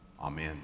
Amen